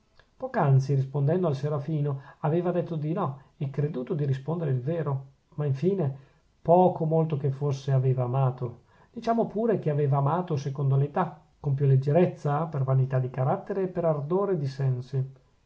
poc'anzi rispondendo al serafino aveva detto di no e creduto di rispondere il vero ma infine poco o molto che fosse aveva amato diciamo pure che aveva amato secondo l'età con più leggerezza per vanità di carattere e per ardore di sensi